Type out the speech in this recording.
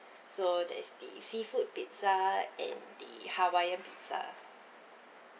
so there is the seafood pizza and the hawaiian pizza